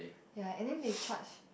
ya and then they charge